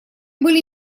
были